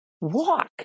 Walk